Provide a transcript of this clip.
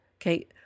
Okay